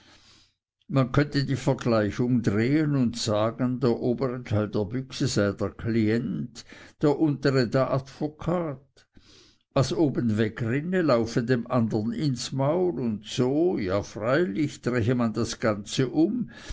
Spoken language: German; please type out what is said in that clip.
man könnte die vergleichung drehen und sagen der obere teil der büchse sei der klient der untere der advokat was oben wegrinne laufe dem andern ins maul und so ja freilich drehe man das ganze um